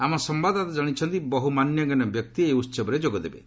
ଆମ ସମ୍ଭାଦଦାତା ଜଣାଇଛନ୍ତି ବହୁ ମାନ୍ୟଗଣ୍ୟ ବ୍ୟକ୍ତି ଏହି ଉସବରେ ଯୋଗଦେବେ